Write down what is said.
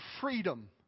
freedom